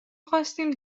خواستیم